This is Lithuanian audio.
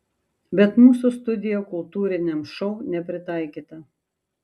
bet mūsų studija kultūriniam šou nepritaikyta